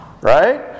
right